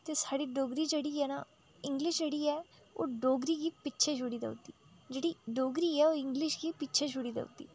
ते साढ़ी डोगरी जेह्ड़ी ऐ ना इंग्लिश जेह्ड़ी ऐ ओह् डोगरी गी पिच्छे छुड़ी देऊ दी ते जेह्ड़ी डोगरी ऐ ओह् इंग्लिश गी पिच्छे छुड़ी देऊ उड़दी